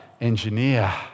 engineer